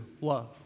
love